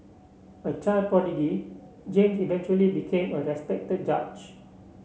a child prodigy James eventually became a respected judge